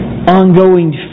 Ongoing